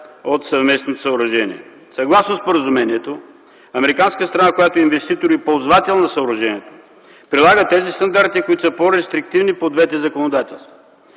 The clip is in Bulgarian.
от съвместното съоръжение. Съгласно споразумението американската страна, която е инвеститор и ползвател на съоръжението прилага тези стандарти, които са по-рестриктивни по двете законодателства.